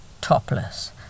topless